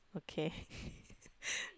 okay